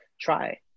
try